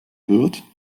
wird